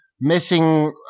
missing